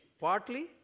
partly